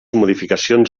modificacions